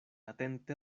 atente